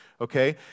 Okay